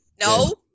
No